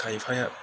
खायफाया